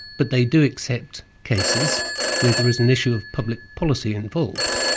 but they do accept cases where there is an issue of public policy involved,